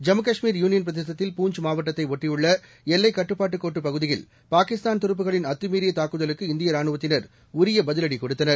Jammu Kashmir union பிரதேசத்தில் பூஞ்ச் மாவட்டத்தை ஒட்டியுள்ள எல்லைக் கட்டுப்பாட்டு கோட்டுப் பகுதியில் பாகிஸ்தான் துருப்புக்களின் அத்துமீறிய தாக்குதலுக்கு இந்திய ராணுவத்தினர் உரிய பதிவடி கொடுத்தனர்